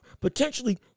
potentially